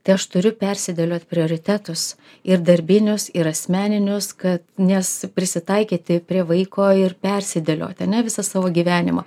tai aš turiu persidėliot prioritetus ir darbinius ir asmeninius kad nes prisitaikyti prie vaiko ir persidėliot ane visą savo gyvenimą